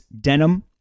Denim